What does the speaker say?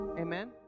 amen